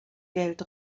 geld